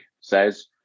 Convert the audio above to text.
says